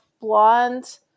blonde